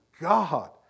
God